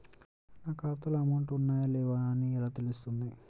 నా ఖాతాలో అమౌంట్ ఉన్నాయా లేవా అని ఎలా తెలుస్తుంది?